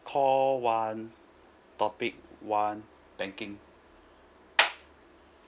call one topic one banking